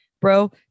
bro